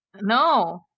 No